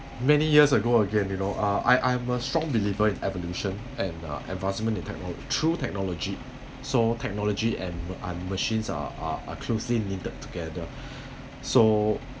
many years ago again you know uh I I'm a strong believer in evolution and uh advancement in techno~ through technology so technology and machines are are closely needed together so